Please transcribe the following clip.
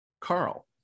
Carl